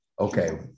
Okay